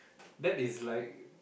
that is like